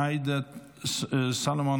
עאידה תומא סלימאן,